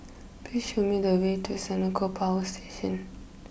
please show me the way to Senoko Power Station